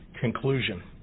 conclusion